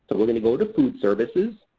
but we're going to go to food services,